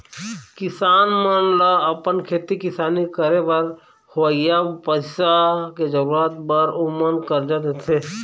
किसान मन ल अपन खेती किसानी करे बर होवइया पइसा के जरुरत बर ओमन करजा देथे